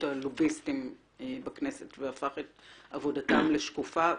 הלוביסטים בכנסת והפך את עבודתם לשקופה.